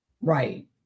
Right